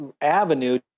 avenue